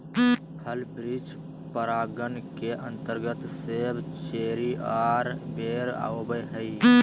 फल वृक्ष परागण के अंतर्गत सेब, चेरी आर बेर आवो हय